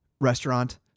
restaurant